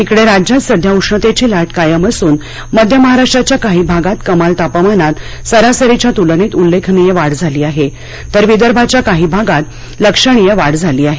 इकडे राज्यात सध्या उष्णतेची लाट कायम असून मध्य महाराष्ट्राच्या काही भागात कमाल तापमानात सरासरीच्या तुलनेत उल्लेखनीय वाढ झाली आहे तर विदर्भाच्या काही भागात लक्षणीय वाढ झाली आहे